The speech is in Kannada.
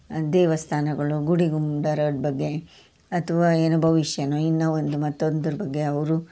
ದೇವಸ್ಥಾನಗಳು ಗುಡಿ ಗುಂಡಾರದ ಬಗ್ಗೆ ಅಥವಾ ಏನೋ ಭವಿಷ್ಯನೋ ಇನ್ನೂ ಒಂದು ಮತ್ತೊಂದ್ರ ಬಗ್ಗೆ ಅವರು